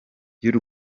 y’u